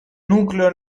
nucleo